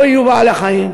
לא יהיו בעלי-חיים,